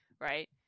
right